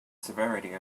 severity